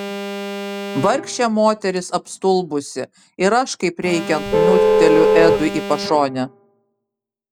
vargšė moteris apstulbusi ir aš kaip reikiant niukteliu edui į pašonę